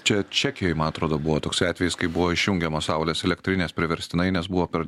čia čekijoj man atrodo buvo toksai atvejis kai buvo išjungiamos saulės elektrinės priverstinai nes buvo per